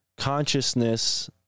consciousness